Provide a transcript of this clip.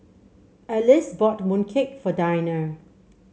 Elyse bought mooncake for Dinah